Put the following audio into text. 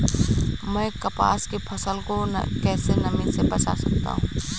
मैं कपास की फसल को कैसे नमी से बचा सकता हूँ?